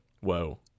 Whoa